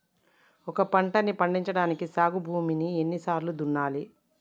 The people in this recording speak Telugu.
ఒక పంటని పండించడానికి సాగు భూమిని ఎన్ని సార్లు దున్నాలి?